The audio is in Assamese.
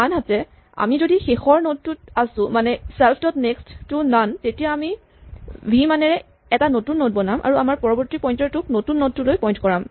আনহাতে আমি যদি শেষৰ নড টোত আছো মানে ছেল্ফ ডট নেক্স্ট টো নন তেতিয়া আমি ভি মানেৰে এটা নতুন নড বনাম আৰু আমাৰ পৰৱৰ্তী পইন্টাৰ টোক নতুন নড টোলৈ পইন্ট কৰাম